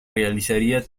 realizaría